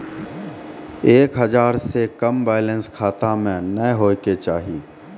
एक हजार से कम बैलेंस खाता मे नैय होय के चाही